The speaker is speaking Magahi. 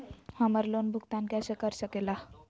हम्मर लोन भुगतान कैसे कर सके ला?